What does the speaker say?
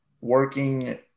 working